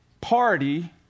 party